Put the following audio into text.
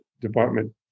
Department